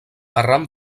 arran